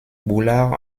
boulard